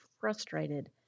frustrated